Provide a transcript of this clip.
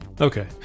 Okay